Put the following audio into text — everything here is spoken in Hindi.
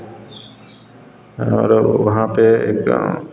और वहाँ पर गाँव